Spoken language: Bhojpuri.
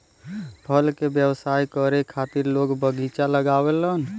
फल के व्यवसाय करे खातिर लोग बगीचा लगावलन